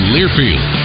Learfield